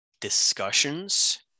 discussions